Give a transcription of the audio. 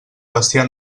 bestiar